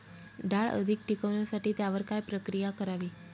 डाळ अधिक टिकवण्यासाठी त्यावर काय प्रक्रिया करावी?